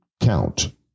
count